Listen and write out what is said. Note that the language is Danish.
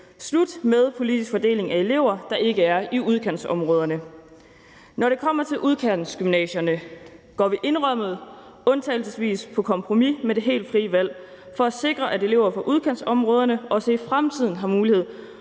slut med politisk fordeling af elever, der ikke er i udkantsområderne. Når det kommer til udkantsgymnasierne, går vi – indrømmet – undtagelsesvis på kompromis med det helt frie valg for at sikre, at elever fra udkantsområderne også i fremtiden har mulighed